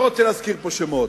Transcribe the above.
אני לא רוצה להזכיר פה שמות.